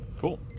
Cool